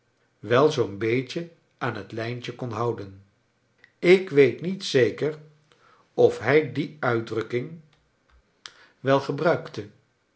wel zoo'n beetje aan het lijntje kon houden ik weet niet zeker of hij die uitdrukking wel gebruikte